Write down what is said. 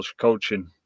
coaching